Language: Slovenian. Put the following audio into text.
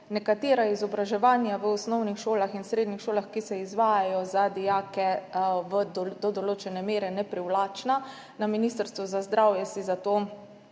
nekatera izobraževanja v osnovnih šolah in srednjih šolah, ki se izvajajo za dijake, do določene mere neprivlačna. Na Ministrstvu za zdravje si zato,